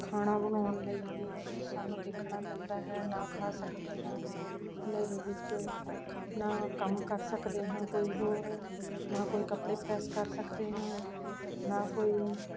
ਖਾਣਾ ਬਣਾਉਣ ਲਈ ਵੀ ਸਾਨੂੰ ਦੇਖਣਾ ਪੈਂਦਾ ਹੈ ਨਾ ਖਾ ਸਕਦੇ ਹਾਂ ਹਨੇਰੇ ਵਿੱਚ ਨਾ ਕੰਮ ਕਰ ਸਕਦੇ ਹਾਂ ਕੋਈ ਹੋਰ ਨਾ ਕੋਈ ਕੱਪੜੇ ਪ੍ਰੈੱਸ ਕਰ ਸਕਦੇ ਹਾਂ ਨਾ ਕੋਈ